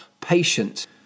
patient